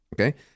Okay